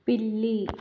పిల్లి